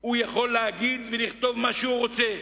הוא יכול להגיד ולכתוב מה שהוא רוצה,